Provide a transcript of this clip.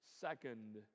second